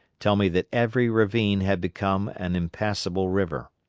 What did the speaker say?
tell me that every ravine had become an impassable river.